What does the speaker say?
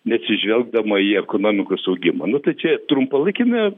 neatsižvelgdama į ekonomikos augimą nu tai čia trumpalaikiame